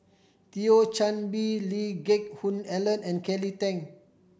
Thio Chan Bee Lee Geck Hoon Ellen and Kelly Tang